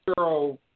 Zero